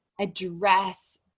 address